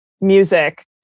music